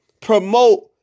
promote